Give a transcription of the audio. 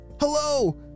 Hello